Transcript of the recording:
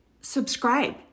subscribe